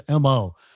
mo